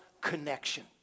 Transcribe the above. connection